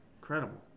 Incredible